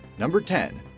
number ten,